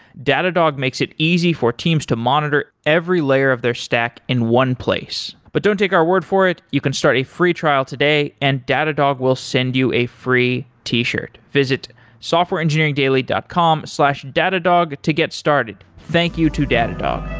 datadog makes it easy for teams to monitor every layer of their stack in one place. but don't take our word for it, you can start a free trial today and datadog will send you a free t-shirt. visit softwareengineeringdaily dot com slash datadog to get started. thank you to datadog.